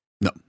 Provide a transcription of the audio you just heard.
No